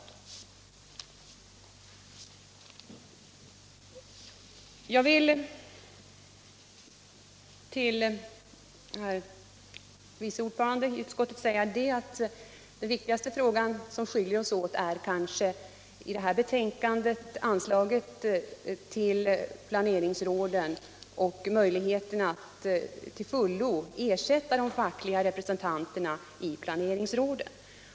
Sedan vill jag till utskottets vice ordförande säga att den viktigaste fråga som skiljer oss åt i det nu diskuterade utskottsbetänkandet är anslaget till planeringsråden och möjligheterna att till fullo ersätta de fackliga representanterna i dessa råd.